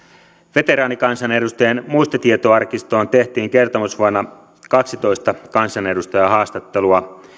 veteraanikansanedustajien muistitietoarkistoon tehtiin kertomusvuonna kaksitoista kansanedustajahaastattelua